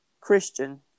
christian